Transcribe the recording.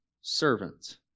servant